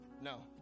No